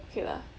okay lah